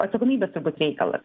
atsakomybės reikalas